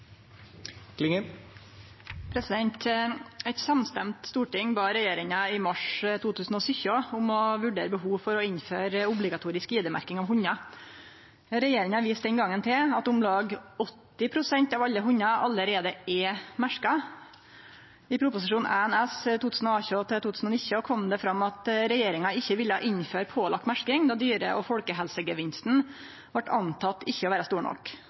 Eit samstemt storting bad regjeringa i mars 2017 om å vurdere behovet for å innføre obligatorisk ID-merking av hundar. Regjeringa viste den gongen til at om lag 80 pst. av alle hundar allereie er merkte. I Prop. 1 S for 2018–2019 kom det fram at regjeringa ikkje ville innføre pålagd merking, då ein antok at dyre- og folkehelsegevinsten ikkje var stor nok.